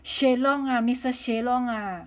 shay long uh missus shay long uh